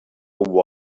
one